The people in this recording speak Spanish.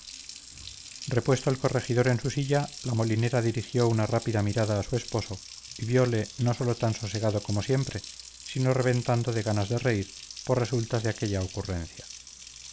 repuesto el corregidor en su silla la molinera dirigió una rápida mirada a su esposo y viole no sólo tan sosegado como siempre sino reventando de ganas de reír por resultas de aquella ocurrencia